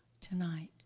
tonight